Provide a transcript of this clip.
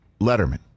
letterman